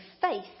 faith